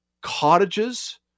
Cottages